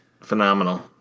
phenomenal